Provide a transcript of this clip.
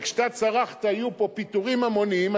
כשאתה צרחת שיהיו פה פיטורים המוניים,